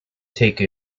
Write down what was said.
take